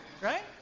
Right